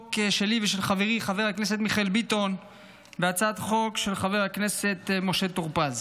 שלי ושל חבר הכנסת מיכאל ביטון והצעת חוק של חבר הכנסת טור פז.